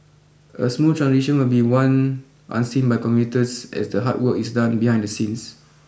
a smooth transition will be one unseen by commuters as the hard work is done behind the scenes